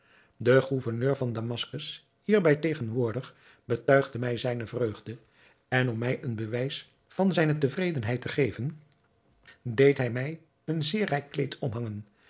de gouverneur van damaskus hierbij tegenwoordig betuigde mij zijne vreugde en om mij een bewijs van zijne tevredenheid te geven deed hij mij een zeer rijk kleed omhangen